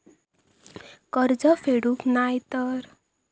कर्ज फेडूक नाय तर?